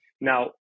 Now